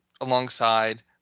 alongside